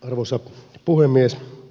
arvoisa puhemies